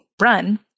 run